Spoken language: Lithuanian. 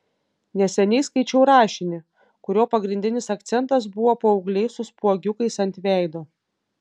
neseniai skaičiau rašinį kurio pagrindinis akcentas buvo paaugliai su spuogiukais ant veido